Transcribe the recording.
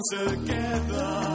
together